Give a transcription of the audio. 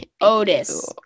Otis